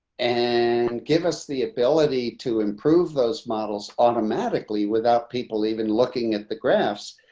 and give us the ability to improve those models automatically without people even looking at the graphs.